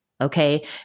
okay